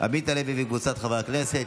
עמית הלוי וקבוצת חברי הכנסת.